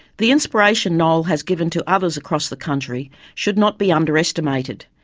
the inspiration noel has given to others across the country should not be underestimated.